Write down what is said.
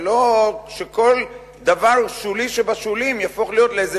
ולא שכל דבר שולי שבשולי יהפוך להיות לאיזה